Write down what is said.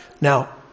Now